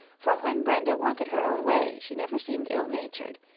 for when brenda wanted her own way she never seemed ill-natured.